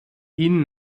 ihn